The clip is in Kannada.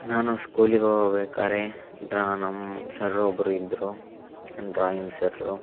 ನಾನು ಸ್ಕೂಲಿಗೆ ಹೋಗ್ಬೇಕಾದ್ರೆ ಡ್ರಾ ನಮ್ಮ ಸರ್ ಒಬ್ರು ಇದ್ದರು ನಮ್ಮ ಡ್ರಾಯಿಂಗ್ ಸರ್ರು